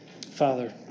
Father